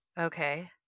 Okay